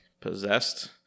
possessed